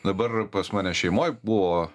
dabar pas mane šeimoj buvo